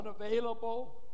unavailable